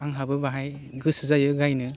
आंहाबो बाहाय गोसो जायो गायनो